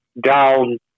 down